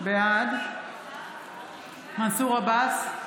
בעד מנסור עבאס,